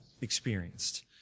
experienced